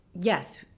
yes